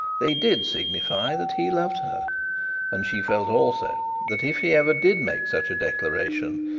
they did signify that he loved her and she felt also that if he ever did make such a declaration,